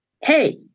hey